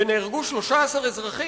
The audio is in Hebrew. ונהרגו 13 אזרחים.